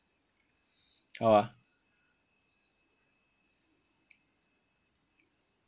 how ah